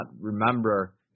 remember